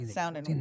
sounding